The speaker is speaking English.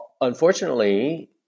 unfortunately